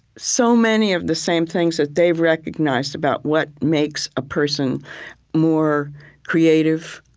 so many of the same things that they've recognized about what makes a person more creative,